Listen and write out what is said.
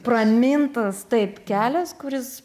pramintas taip kelias kuris